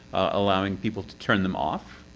allowing people to turn them off.